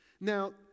Now